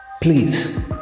Please